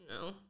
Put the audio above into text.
no